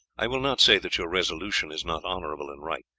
i will not say that your resolution is not honourable and right.